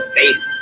faith